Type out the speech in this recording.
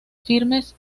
firmes